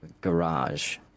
garage